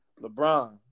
LeBron